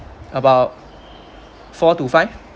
about four to five